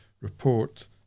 report